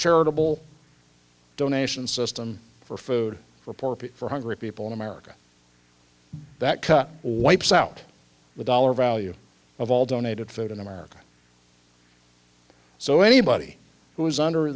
charitable donation system for food report for hungry people in america that cut wipes out with dollar value of all donated food in america so anybody who is under